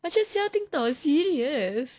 macam siao ting tong serious